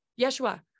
Yeshua